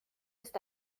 ist